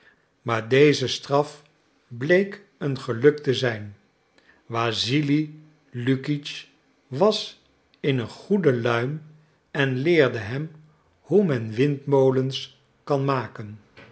maar deze straf bleek een geluk te zijn wassili lukitsch was in een goede luim en leerde hem hoe men windmolens kan maken